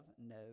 no